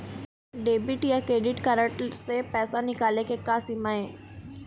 Debit या credit card से पैसा निकाले के का सीमा हे?